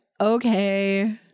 okay